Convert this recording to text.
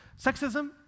Sexism